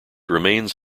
remains